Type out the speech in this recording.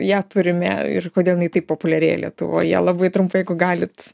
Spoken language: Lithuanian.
ją turime ir kodėl taip populiarėja lietuvoje labai trumpai galit